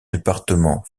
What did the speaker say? département